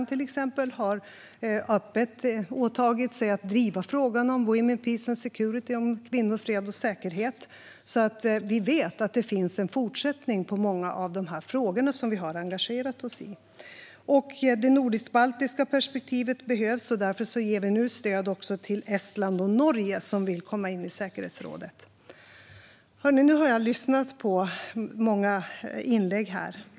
Till exempel har Tyskland öppet åtagit sig att driva frågan om women, peace and security - om kvinnor, fred och säkerhet. Vi vet att det finns en fortsättning på många av de frågor som vi har engagerat oss i. Det nordisk-baltiska perspektivet behövs. Därför ger vi nu stöd till Estland och Norge, som vill komma in i säkerhetsrådet. Nu har jag lyssnat på många inlägg.